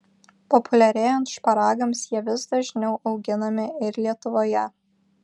populiarėjant šparagams jie vis dažniau auginami ir lietuvoje